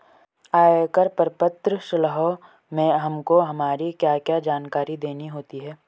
आयकर प्रपत्र सोलह में हमको हमारी क्या क्या जानकारी देनी होती है?